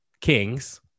kings